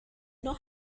not